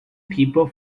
people